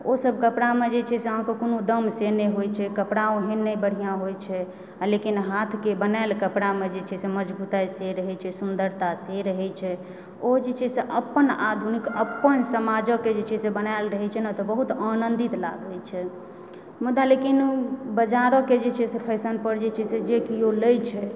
ओ सब कपड़ामे जे छै से अहाँकेँ कोनो दम से नहि होइत छै कपड़ा एहन नहि बढ़िआँ होइत छै आ लेकिन हाथके बनाएल कपड़ा कपड़ामे जे छै से मजबूति से रहय छै सुंदरता से रहए छै ओ जे छै से अपन आदमीके अपन समाजके जे छै से बनाएल रहए छै ने तऽ बहुत आनंदित लागए छै मुदा लेकिन बजारोके जे छै से फैशन पर जे छै से जे केओ लए छै